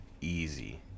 Easy